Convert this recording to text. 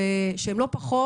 ושהם לא פחות.